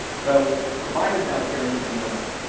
so, providers out there need to know that.